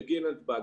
הוא יגיע לנתב"ג.